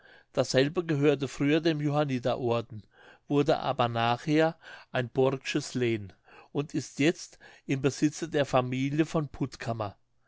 dasselbe gehörte früher dem johanniterorden wurde aber nachher ein borksches lehn und ist jetzt im besitze der familie von puttkammer